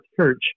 church